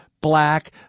black